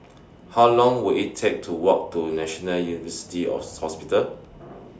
How Long Will IT Take to Walk to National University Hospital